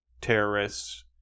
terrorists